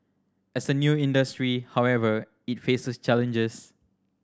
as a new industry however it faces challenges